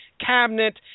cabinet